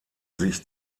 sich